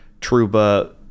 Truba